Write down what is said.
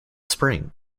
spring